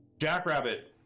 Jackrabbit